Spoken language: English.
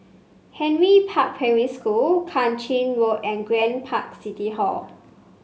Henry Park Primary School Kang Ching Road and Grand Park City Hall